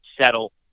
settle